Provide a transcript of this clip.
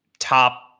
Top